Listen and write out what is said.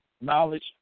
Knowledge